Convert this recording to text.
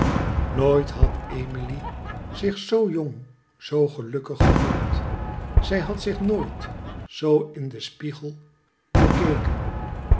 nooit had emilie zich zoo jong zoo gelukkig gevoeld zij had zich nooit zoo in den spiegel bekeken